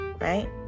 right